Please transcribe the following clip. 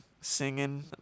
singing